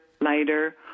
lighter